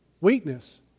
Weakness